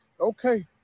Okay